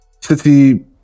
city